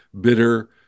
bitter